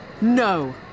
No